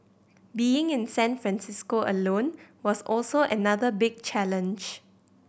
being in San Francisco alone was also another big challenge